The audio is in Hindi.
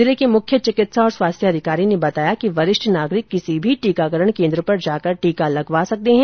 जिले के मुख्य चिकित्सा और स्वास्थ्य अधिकारी ने बताया कि वरिष्ठ नागरिक किसी भी टीकाकरण केन्द्र पर जाकर टीका लगवा सकते है